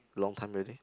long time already